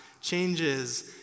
changes